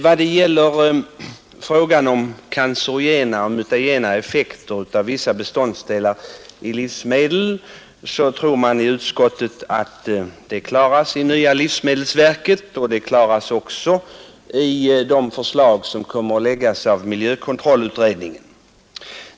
Vad gäller frågan om cancerogena och mutagena effekter av vissa tillsatser till livsmedel tror utskottet att det beaktas av det nya livsmedelsverket och i de förslag som kommer att framläggas av miljökontrollutredningen.